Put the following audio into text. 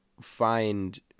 find